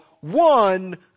one